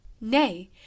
Nay